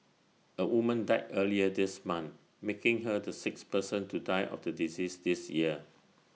A woman died earlier this month making her the sixth person to die of the disease this year